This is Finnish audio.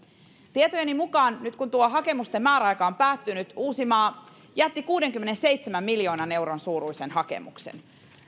tietojeni mukaan nyt kun tuo hakemusten määräaika on päättynyt uusimaa jätti kuudenkymmenenseitsemän miljoonan euron suuruisen hakemuksen